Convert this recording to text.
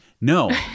no